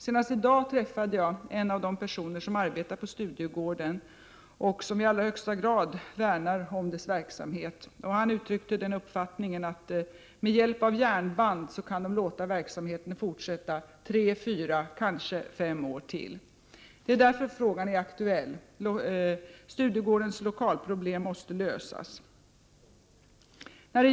Senast i dag träffade jag en av de personer som arbetar på Studiegården och som i allra högsta grad värnar om dess verksamhet. Han uttryckte den uppfattningen att man med hjälp av järnband kunde låta verksamheten fortsätta tre, fyra, kanske fem år till. Det är därför frågan är aktuell. Studiegårdens lokalproblem måste lösas.